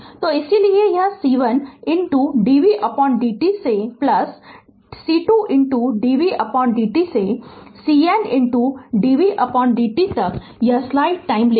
तो इसीलिए यह C1 dvdt C2 dvdt से CN dvdt तक या स्लाइड टाइम लेगा